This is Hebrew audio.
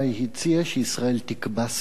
הציע שישראל תקבע סף.